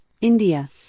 India